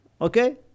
Okay